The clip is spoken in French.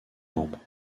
membres